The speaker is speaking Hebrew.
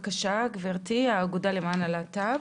האגודה למען הלהט"ב,